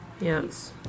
yes